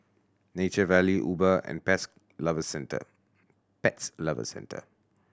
Nature Valley Uber and Pet Lovers Centre Pet Lovers Centre